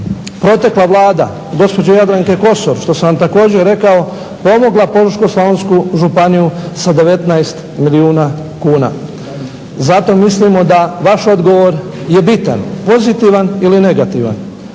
protekla Vlada gospođe Jadranke Kosor što sam vam također rekao pomogla Požeško-slavonsku županiju sa 19 milijuna kuna. Zato mislimo da vaš odgovor je bitan, pozitivan ili negativan.